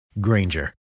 Granger